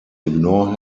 ignore